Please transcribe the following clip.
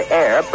air